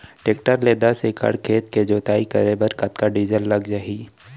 Tractor ले दस एकड़ खेत के जुताई करे बर कतका डीजल लग जाही?